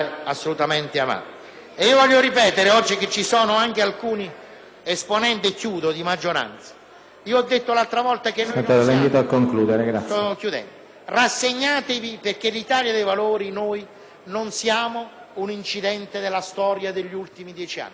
vi ho detto l'altra volta di rassegnarvi perché noi dell'Italia dei Valori non siamo un incidente della storia degli ultimi dieci anni. Vi dovete rassegnare, di qua e di là. Siamo una forza politica e